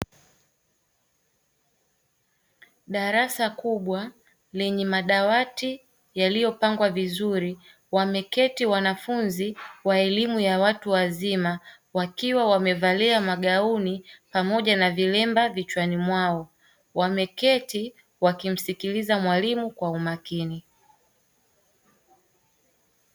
Darasa kubwa lenye madawati yaliyopangwa vizuri wameketi wanafunzi wa elimu ya watu wazima, wakiwa wamevalia magauni pamoja na viremba vichwani mwao wameketi wakimsikiliza mwalimu kwa umakini.